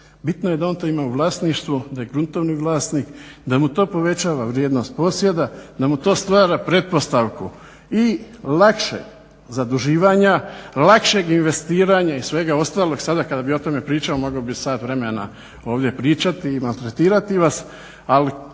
bitno je da on to ima u vlasništvu, da je gruntovni vlasnik, da mu to povećava vrijednost posjeda, da mu to stvara pretpostavku i lakšeg zaduživanja, lakšeg investiranja i svega ostalog. Sada kada bi o tome pričao mogao bih sat vremena ovdje i pričati i maltretirati vas. Ali